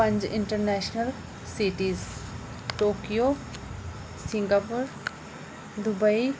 पंज international cities Tokyo Singapore Dubai